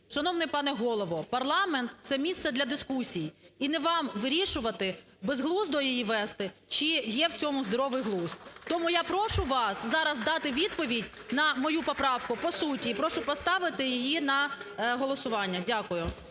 Шановний пане голово, парламент – це місце для дискусій, і не вам вирішувати, безглуздо її вести чи є в цьому здоровий глузд. Тому я прошу вас зараз дати відповідь на мою поправку по суті, і прошу поставити її на голосування. Дякую.